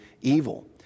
evil